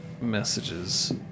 Messages